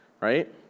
Right